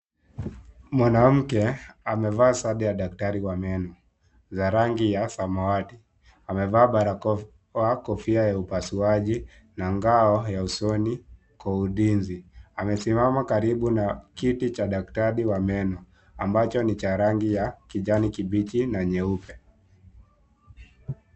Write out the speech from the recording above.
Mwanamke amevaa sare ya daktari wa meno za rangi ya samawati. Amevaa barakoa, kofia ya upasuaji na ngao ya usoni kwa ulinzi. Amesimama karibu na kiti cha daktari wa meno, ambacho ni cha rangi ya kijani kibichi na nyeupe.